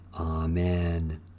Amen